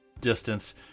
distance